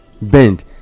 bend